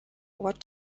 what